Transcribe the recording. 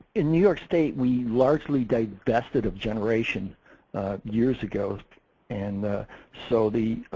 in new york state we largely divested of generation years ago and so the